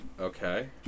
Okay